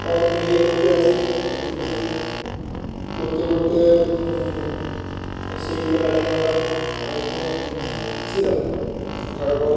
কতক্ষণ এই করতে আছি করতে করতে করতে করতে সেই জায়গাটায় আমরা অনেকক্ষণ ছিলাম থাকার ফলে